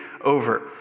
over